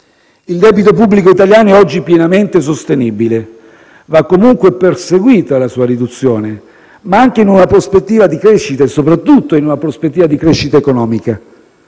Il debito pubblico italiano è oggi pienamente sostenibile. Va comunque perseguita la sua riduzione, anche, e soprattutto, in una prospettiva di crescita economica.